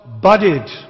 budded